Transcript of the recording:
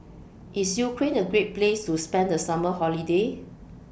IS Ukraine A Great Place to spend The Summer Holiday